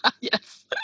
Yes